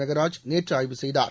மெகராஜ் நேற்றுஆய்வு செய்தார்